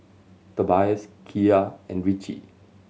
Tobias Kiya and Richie